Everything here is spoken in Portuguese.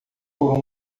por